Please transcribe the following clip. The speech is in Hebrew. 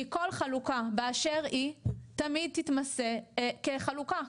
כל חלוקה באשר היא תמיד תתמסה כחלוקה,